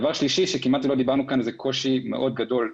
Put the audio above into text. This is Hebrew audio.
דבר שלישי שכמעט ולא דיברנו כאן זה קושי מאוד גדול,